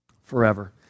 Forever